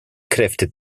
kräfte